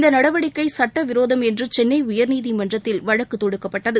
இந்த நடவடிக்கை சட்ட விரோதம் என்று சென்னை உயர்நீதிமன்றத்தில் வழக்கு தொடரப்பட்டது